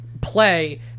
play